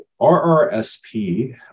RRSP